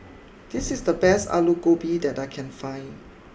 this is the best Alu Gobi that I can find